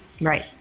Right